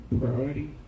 Priority